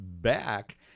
back